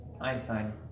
einstein